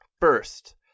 First